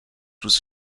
was